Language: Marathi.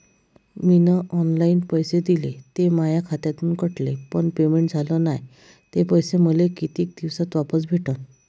मीन ऑनलाईन पैसे दिले, ते माया खात्यातून कटले, पण पेमेंट झाल नायं, ते पैसे मले कितीक दिवसात वापस भेटन?